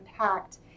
impact